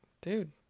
dude